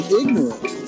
ignorant